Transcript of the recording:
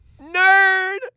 Nerd